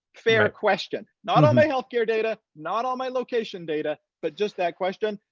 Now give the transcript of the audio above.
fair question. not all my healthcare data. not all my location data. but just that question.